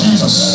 Jesus